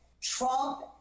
Trump